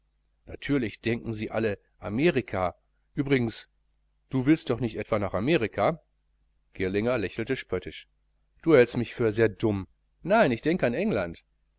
natürlich denken sie alle amerika übrigens du willst doch nicht etwa nach amerika girlinger lächelte spöttisch du hältst mich für sehr dumm nein ich denke an england